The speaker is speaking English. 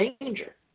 danger